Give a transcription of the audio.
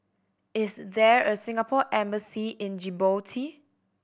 is there a Singapore Embassy in Djibouti